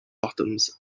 bottoms